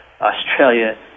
Australia